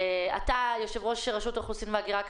כמה שנים אלה יושב ראש רשות האוכלוסין וההגירה?